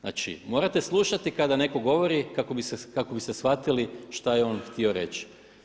Znači, morate slušati kada netko govori kako biste shvatili što je on htio reći.